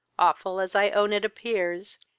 awful as i own it appears,